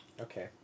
okay